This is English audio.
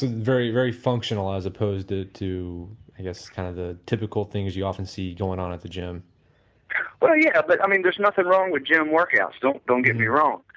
very, very functional as opposed ah to, i guess, kind of typical things you often see going on at the gym but oh, yeah, but i mean there is nothing wrong with gym workout, don't don't give me wrong.